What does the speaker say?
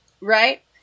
right